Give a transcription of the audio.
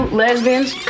lesbians